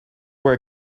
were